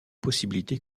possibilité